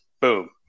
boom